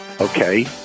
Okay